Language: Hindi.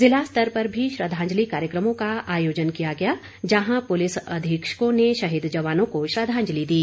जिला स्तर पर भी श्रद्धांजलि कार्यक्रमों का आयोजन किया गया जहां पुलिस अधीक्षकों ने शहीद जवानों को श्रद्धांजलि दी